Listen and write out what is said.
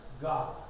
God